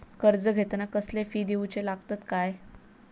कर्ज घेताना कसले फी दिऊचे लागतत काय?